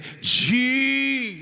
Jesus